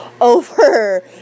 over